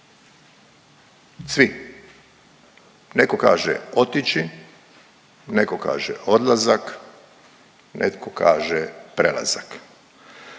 svi. Neko kaže otići, neko kaže odlazak, netko kaže prelazak.